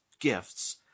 gifts